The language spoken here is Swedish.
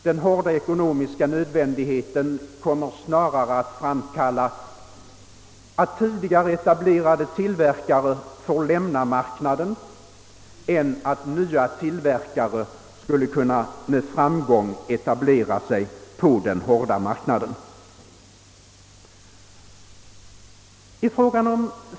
Den hårda ekonomiska nödvändigheten kommer snarare att medföra att tidigare etablerade tillverkare får lämna marknaden än att nya tillverkare med framgång skulle kunna etablera sig.